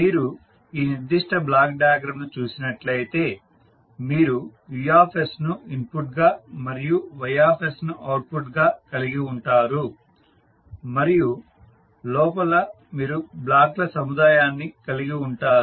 మీరు ఈ నిర్దిష్ట బ్లాక్ డయాగ్రమ్ ను చూసినట్లయితే మీరు U ను ఇన్పుట్గా మరియు Y ను అవుట్పుట్గా కలిగి ఉంటారు మరియు లోపల మీరు బ్లాక్ల సముదాయాన్ని కలిగి ఉంటారు